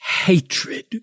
hatred